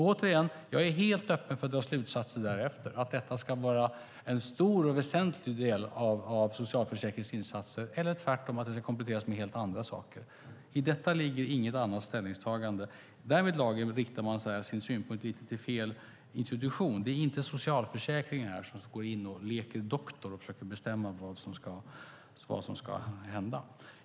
Återigen: Jag är helt öppen för att dra slutsatser därefter, att detta ska vara en stor och väsentlig del av socialförsäkringsinsatserna eller tvärtom att det ska kompletteras med helt andra saker. I detta ligger inget annat ställningstagande. Därvidlag riktar man sin synpunkt till fel institution: Det är inte socialförsäkringen som går in och leker doktor och försöker bestämma vad som ska hända.